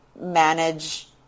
manage